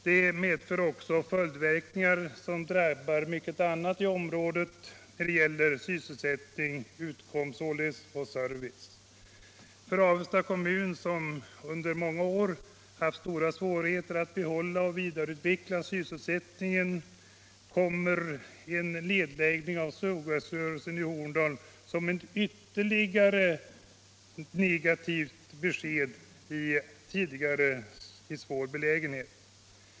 Det får också följdverkningar som drabbar även andra områden än sysselsättningen och möjligheterna till utkomst och service. För Avesta kommun, som under många år haft stora svårigheter att behålla och vidareutveckla sysselsättningen, kommer beskedet om nedläggningen av sågverksrörelsen i Horndal som ytterligare ett negativt besked i en redan svår belägenhet.